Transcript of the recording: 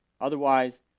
Otherwise